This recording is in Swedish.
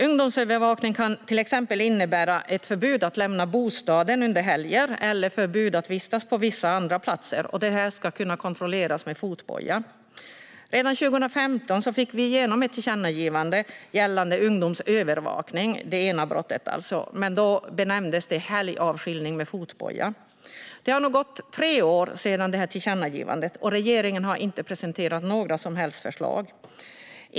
Ungdomsövervakning kan till exempel innebära ett förbud att lämna bostaden under helger eller förbud att vistas på vissa platser. Detta ska kunna kontrolleras med fotboja. Redan 2015 fick vi igenom ett tillkännagivande gällande ungdomsövervakning, den ena påföljden alltså, men då benämndes den helgavskiljning med fotboja. Det har nu gått tre år sedan vårt tillkännagivande. Regeringen har inte presenterat några som helst förslag gällande detta.